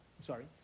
sorry